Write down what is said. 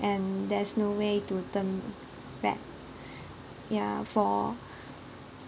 and there's no way to turn back ya for